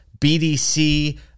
BDC